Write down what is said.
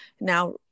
now